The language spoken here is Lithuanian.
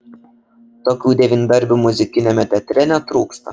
tokių devyndarbių muzikiniame teatre netrūksta